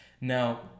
Now